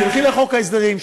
תלכי לחוק ההסדרים,